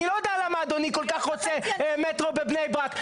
אני לא יודע למה אדוני כל כך רוצה מטרו בבני ברק.